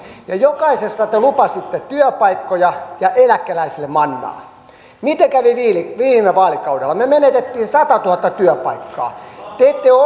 ja jokaisessa te lupasitte työpaikkoja ja eläkeläisille mannaa miten kävi viime vaalikaudella me menetimme satatuhatta työpaikkaa te ette ole